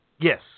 Yes